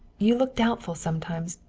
you look doubtful sometimes,